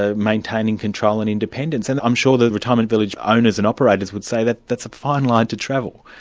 ah maintaining control and independence. and i'm sure the retirement village owners and operators would say that's that's a fine line to travel.